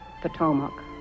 potomac